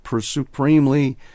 supremely